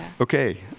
Okay